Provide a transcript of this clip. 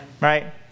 Right